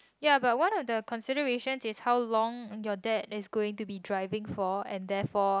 ya but one of the consideration is how long your dad is going to be driving for and therefor